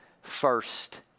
first